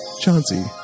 Chauncey